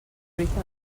truita